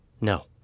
no